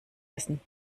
essen